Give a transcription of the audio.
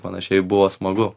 panašiai buvo smagu